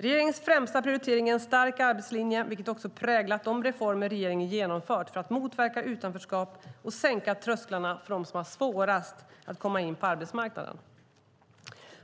Regeringens främsta prioritering är en stark arbetslinje, vilket också präglat de reformer regeringen genomfört för att motverka utanförskap och sänka trösklarna för dem som har svårast att komma in på arbetsmarknaden.